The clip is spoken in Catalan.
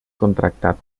contractat